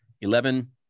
Eleven